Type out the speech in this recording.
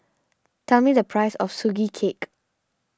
tell me the price of Sugee Cake